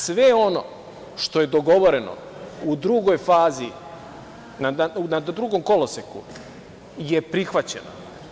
Sve ono što je dogovoreno u drugoj fazi, na drugom koloseku, je prihvaćeno.